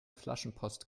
flaschenpost